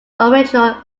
original